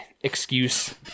excuse